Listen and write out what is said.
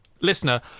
listener